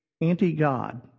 anti-God